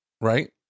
right